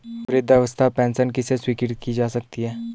वृद्धावस्था पेंशन किसे स्वीकृत की जा सकती है?